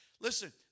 Listen